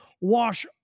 wash